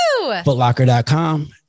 Footlocker.com